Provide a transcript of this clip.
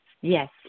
Yes